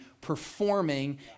performing